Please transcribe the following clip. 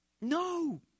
No